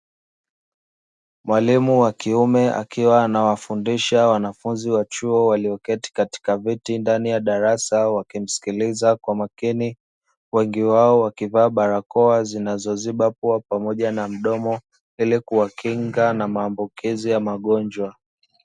Mwalimu wa kiume akiwa anawafundisha wanafunzi wa chuo waliyoketi katika viti ndani ya darasa wakimsikiliza kwa makini wengi wao wakivaa barakoa zinazoziba pua pamoja na mdomo ili kuwakinga na maambukizi ya magonjwa.